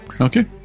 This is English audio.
Okay